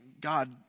God